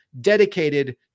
dedicated